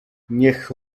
niech